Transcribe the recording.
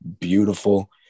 beautiful